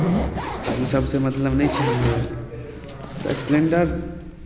तऽ ओसभसँ मतलब नहि छै हमरा अरके तऽ स्प्लैण्डर